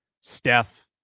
Steph